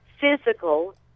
physical